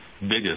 biggest